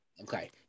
Okay